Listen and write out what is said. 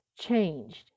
changed